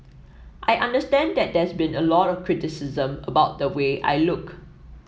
I understand that there's been a lot of criticism about the way I look